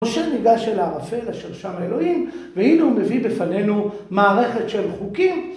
משה ניגש אל הערפל אשם שם האלוהים והנה הוא מביא בפנינו מערכת של חוקים